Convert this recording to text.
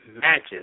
matches